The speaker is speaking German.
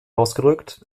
ausgedrückt